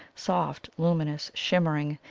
soft, luminous, shimmer ing,